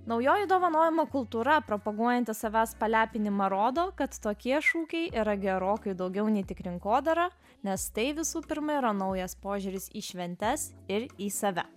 naujoji dovanojimo kultūra propaguojanti savęs palepinimą rodo kad tokie šūkiai yra gerokai daugiau nei tik rinkodara nes tai visų pirma yra naujas požiūris į šventes ir į save